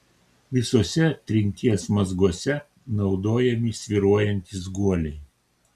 visuose trinties mazguose naudojami svyruojantys guoliai